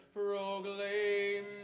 proclaim